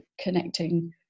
connecting